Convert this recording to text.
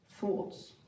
thoughts